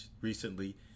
recently